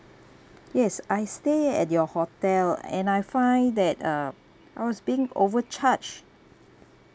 yes I stay at your hotel and I find that uh I was being overcharged